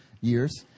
years